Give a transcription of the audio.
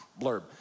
blurb